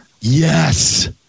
Yes